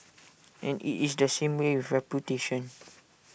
and IT is the same with reputation